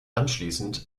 anschließend